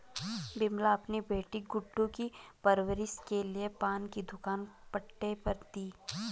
विमला अपनी बेटी गुड्डू की परवरिश के लिए पान की दुकान पट्टे पर दी